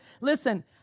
Listen